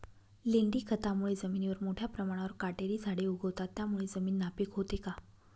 लेंडी खतामुळे जमिनीवर मोठ्या प्रमाणावर काटेरी झाडे उगवतात, त्यामुळे जमीन नापीक होते का?